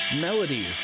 Melodies